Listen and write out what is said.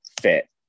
Fit